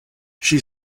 she